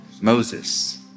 Moses